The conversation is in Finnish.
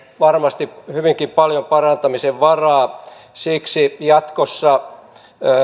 varmasti hyvinkin paljon parantamisen varaa siksi jatkossa